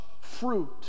fruit